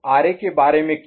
RA के बारे में क्या